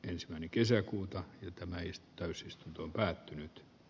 ensimmäinen kesäkuuta yhtenäis täysistuntoon päätynyt